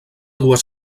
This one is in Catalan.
dues